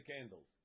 candles